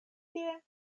tie